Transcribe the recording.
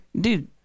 Dude